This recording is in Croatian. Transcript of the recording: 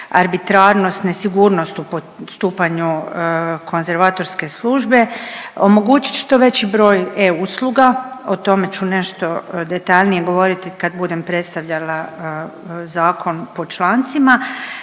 arbitrarnost, nesigurnost u postupanju konzervatorske službe, omogućit što veći broj e usluga o tome ću nešto detaljnije govoriti kad budem predstavljala zakon po člancima,